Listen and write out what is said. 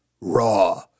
raw